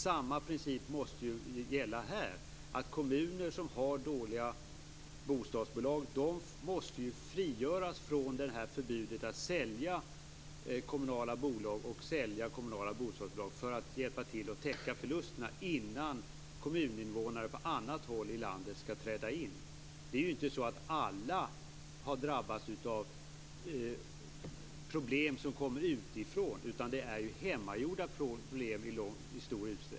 Samma princip måste gälla här, att kommuner som har dåliga bostadsbolag måste frigöras från förbudet att sälja kommunala bolag och kommunala bostadsbolag för att hjälpa till att täcka förlusterna innan kommuninvånare på annat håll i landet skall träda in. Det är inte så att alla har drabbats av problem som kommer utifrån, utan det här är i stor utsträckning hemmagjorda problem.